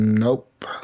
Nope